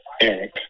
Eric